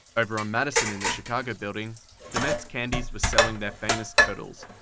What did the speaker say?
over on madison, in the chicago building demet's candies were selling their famous turtles,